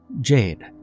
Jade